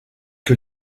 que